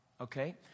Okay